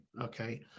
okay